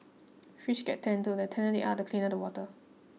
fish get tanned too the tanner they are the cleaner the water